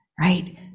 right